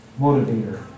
motivator